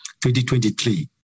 2023